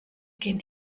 gen